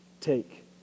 Take